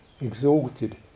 exalted